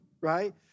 right